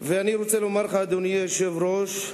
אדוני, היושב-ראש,